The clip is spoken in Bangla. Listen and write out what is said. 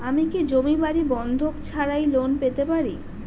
আমি কি জমি বাড়ি বন্ধক ছাড়াই লোন পেতে পারি?